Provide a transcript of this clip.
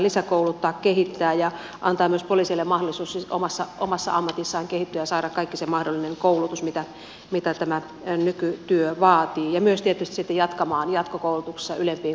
lisäkouluttaa kehittää ja antaa myös poliiseille mahdollisuus omassa ammatissaan kehittyä ja saada kaikki se mahdollinen koulutus mitä tämä nykytyö vaatii ja myös tietysti sitten jatkamaan jatkokoulutuksessa ylempiin korkeakoulututkintoihin